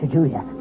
Julia